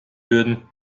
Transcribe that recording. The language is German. würden